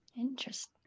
Interesting